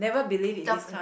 the